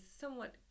somewhat